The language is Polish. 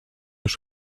już